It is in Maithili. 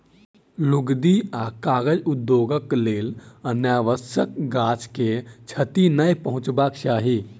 लुगदी आ कागज उद्योगक लेल अनावश्यक गाछ के क्षति नै पहुँचयबाक चाही